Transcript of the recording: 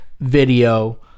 video